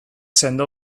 sendo